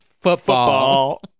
Football